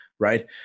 right